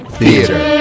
Theater